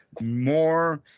more